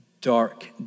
Dark